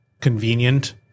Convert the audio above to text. convenient